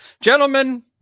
gentlemen